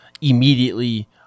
immediately